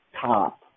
top